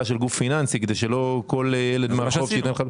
של גוף פיננסי כדי שלא כל ילד מהרחוב ייתן לך.